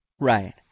Right